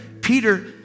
peter